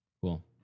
Cool